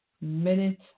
minute